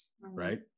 right